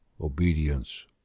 obedience